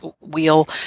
wheel